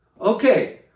Okay